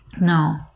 No